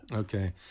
Okay